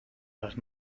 las